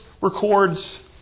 records